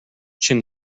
chin